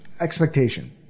expectation